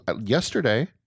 Yesterday